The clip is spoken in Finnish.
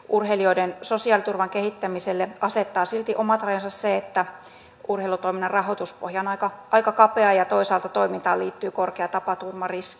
urheilijoiden sosiaaliturvan kehittämiselle asettaa silti omat rajansa se että urheilutoiminnan rahoituspohja on aika kapea ja toisaalta toimintaan liittyy korkea tapaturmariski